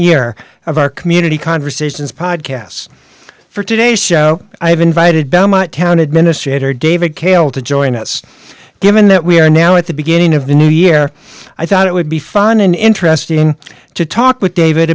year of our community conversations podcast for today's show i have invited belmont town administrator david calle to join us given that we are now at the beginning of the new year i thought it would be fun and interesting to talk with david